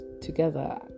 together